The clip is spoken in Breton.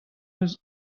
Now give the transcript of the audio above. eus